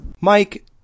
Mike